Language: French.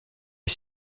est